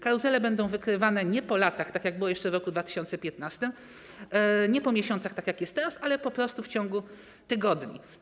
Karuzele będą wykrywane nie po latach, tak jak było jeszcze w roku 2015, nie po miesiącach, tak jak jest teraz, ale po prostu w ciągu tygodni.